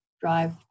drive